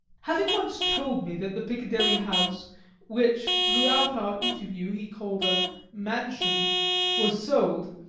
having once told me that the piccadilly house which throughout our interview he called a mansion was sold,